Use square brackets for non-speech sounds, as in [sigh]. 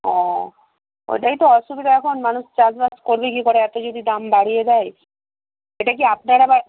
ও ওটাই তো অসুবিধা এখন মানুষ চাষবাস করবে কী করে এত যদি দাম বাড়িয়ে দেয় এটা কি আপনারা [unintelligible]